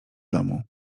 domu